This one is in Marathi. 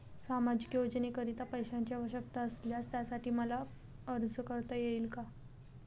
सामाजिक योजनेकरीता पैशांची आवश्यकता असल्यास त्यासाठी मला अर्ज करता येईल का?